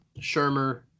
Shermer